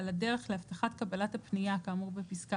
על הדרך להבטחת קבלת הפנייה כאמור בפסקה